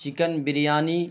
chicken biryani